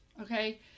Okay